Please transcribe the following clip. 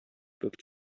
booked